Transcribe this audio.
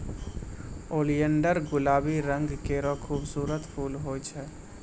oleander गुलाबी रंग केरो खूबसूरत फूल होय छै